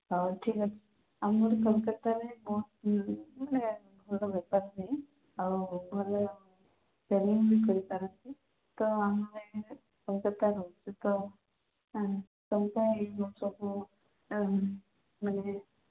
ହଉ ଠିକ୍ ଅଛି ଆମର କୋଲକାତାରେ ବହୁତ ମାନେ ଭଲ ବେପାର ହୁଏ ଆଉ ଭଲ ସେଲିଂ ବି କରିପାରନ୍ତି ତ ଆମର ଇଏ କୋଲକାତାରେ ରହୁଛୁ ତ ପାଞ୍ଚ ଟଙ୍କା ଇଏ ସବୁ ମାନେ